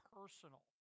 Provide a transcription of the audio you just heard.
personal